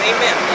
Amen